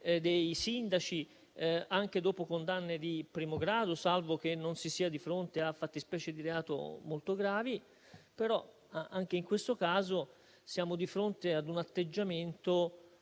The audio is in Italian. dei sindaci anche dopo condanne di primo grado, salvo che non si sia di fronte a fattispecie di reato molto gravi. Anche in questo caso siamo di fronte a un atteggiamento